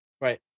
Right